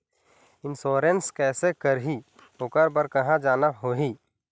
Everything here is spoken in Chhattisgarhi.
इंश्योरेंस कैसे करही, ओकर बर कहा जाना होही?